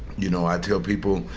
you know, i tell people,